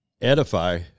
edify